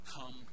come